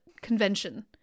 convention